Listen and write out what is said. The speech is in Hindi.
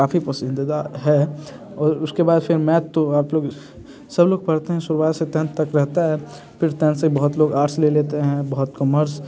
काफ़ी पसंदीदा है और उसके बाद फिर मैथ तो आप लोग सब लोग पढ़ते हैं सुबह से टेंथ तक रहता है फिर टेंथ से बहुत लोग आर्ट्स ले लेते हैं बहुत कॉमर्स